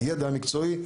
הידע המקצועי,